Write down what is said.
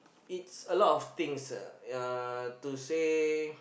it's a lot of things uh ya to say